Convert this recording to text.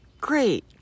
great